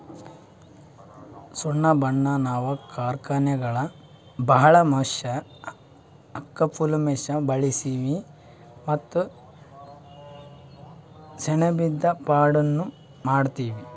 ಸೆಣಬನ್ನ ನಾವ್ ಕಾರ್ಖಾನೆದಾಗ್ ಬಳ್ಸಾ ಮಷೀನ್ಗ್ ಹಾಕ ಫ್ಯುಯೆಲ್ದಾಗ್ ಬಳಸ್ತೀವಿ ಮತ್ತ್ ಸೆಣಬಿಂದು ಪೌಡರ್ನು ಮಾಡ್ತೀವಿ